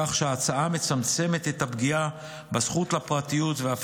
כך שההצעה מצמצמת את הפגיעה בזכות לפרטיות ואף